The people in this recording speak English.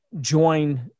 join